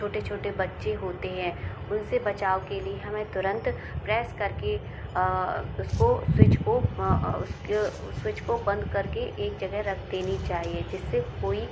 छोटे छोटे बच्चे होते हैं उन से बचाव के लिए हमें तुरंत प्रेस कर के उसको स्विच को उसको स्विच को बंद कर के एक जगह रख देना चाहिए जिससे कोई